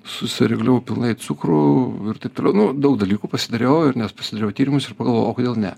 susireguliavau pilnai cukrų ir taip toliau nu daug dalykų pasidariau ir nes pasidariau tyrimus ir pagalvojau o kodėl ne